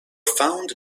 found